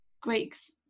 Greeks